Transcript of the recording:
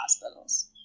hospitals